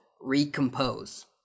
Recompose